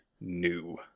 new